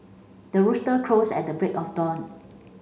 the rooster crows at the break of dawn